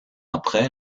après